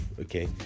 okay